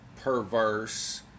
perverse